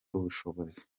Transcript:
ubushobozi